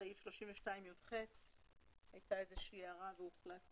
סעיף 32יח. הייתה איזושהי הערה והוחלט